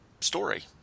story